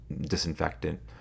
disinfectant